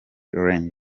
range